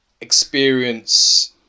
Experience